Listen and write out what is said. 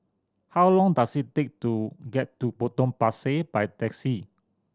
how long does it take to get to Potong Pasir by taxi